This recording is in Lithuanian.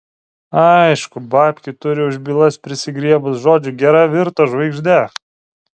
aišku babkių turi už bylas prisigriebus žodžiu gera virto žvaigžde